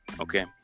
okay